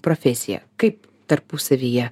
profesija kaip tarpusavyje